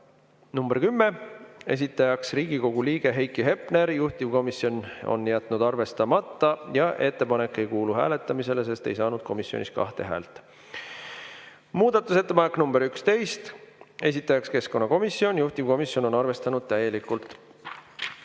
nr 10, esitajaks Riigikogu liige Heiki Hepner, juhtivkomisjon on jätnud arvestamata ja ettepanek ei kuulu hääletamisele, sest ei saanud komisjonis kahte häält. Muudatusettepanek nr 11, esitajaks keskkonnakomisjon, juhtivkomisjon on arvestanud täielikult.